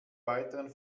weiteren